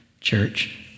Church